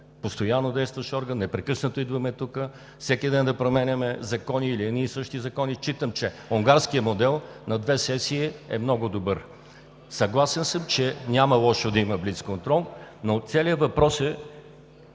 постоянно действащ орган, непрекъснато да идваме тук, всеки ден да променяме закони, или едни и същи закони. Считам, че унгарският модел на две сесии е много добър. Съгласен съм, че няма лошо да има блицконтрол. Целият въпрос